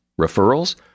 Referrals